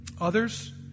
Others